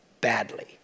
badly